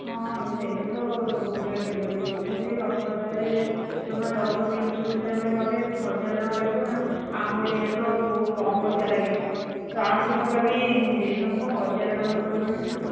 ହଁ ତେଲ ତ ବହୁତ ରେଟ୍ ହେଲାଣି ତଥାପି ଅଟୋଟାରେ ଜମା ଦଶ କିଲୋମିଟର ଭିତରେ ଆମେ ଗଲେ ହଜାର ଟଙ୍କା ଲାଗିବ ନା ଆମ ଏରିଆରେ ତ ବହୁତ କମ୍ ପଇସା ଲାଗେ ପାଞ୍ଚଶହ ଟଙ୍କା ବି ନୁହେଁ ତୁମେ କ'ଣ ହଜାର ଟଙ୍କା କହିଲଣି